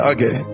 Okay